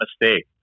mistake